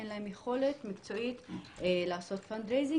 אין להן יכולת מקצועית לגייס משאבים,